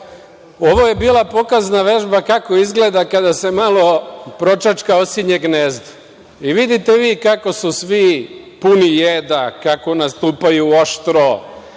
dva. Ovo je bila pokazna vežba kako izgleda kada se malo pročačka osinje gnezdo. Vidite vi kako su svi puni jeda, kako nastupaju oštro,